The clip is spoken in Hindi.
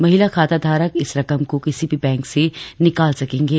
महिला खाताधारक इस रकम को किसी भी बैंक से निकाल सकेंगे